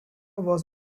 was